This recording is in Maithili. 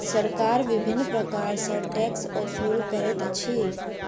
सरकार विभिन्न प्रकार सॅ टैक्स ओसूल करैत अछि